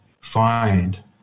find